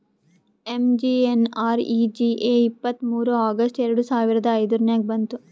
MGNREGA ಇಪ್ಪತ್ತ್ಮೂರ್ August ಎರಡು ಸಾವಿರದ ಐಯ್ದುರ್ನಾಗ್ ಬಂತು